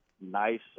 nice